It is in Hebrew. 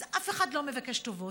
אז אף אחד לא מבקש טובות,